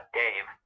dave